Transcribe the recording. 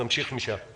תמשיך משם.